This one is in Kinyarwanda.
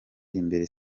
imbere